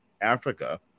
Africa